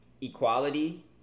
equality